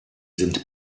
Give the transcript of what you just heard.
sind